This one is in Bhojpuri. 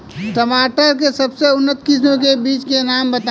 टमाटर के सबसे उन्नत किस्म के बिज के नाम बताई?